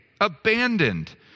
abandoned